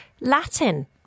Latin